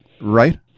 right